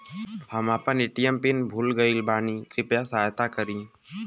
हम आपन ATM pin भूल गईल बानी कृपया सहायता करी